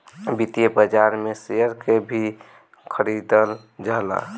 वित्तीय बाजार में शेयर के भी खरीदल जाला